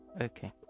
Okay